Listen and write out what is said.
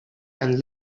and